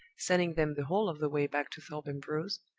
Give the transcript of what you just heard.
sending them the whole of the way back to thorpe ambrose,